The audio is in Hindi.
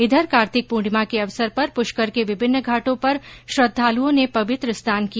इधर कार्तिक पूर्णिमा के अवसर पर पुष्कर के विभिन्न घाटों पर श्रद्धालुओं ने पवित्र स्नान किया